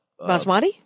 Basmati